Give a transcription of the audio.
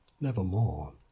nevermore